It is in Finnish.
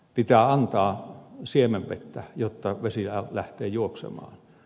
pitää antaa siemenvettä jotta vesi lähtee juoksemaan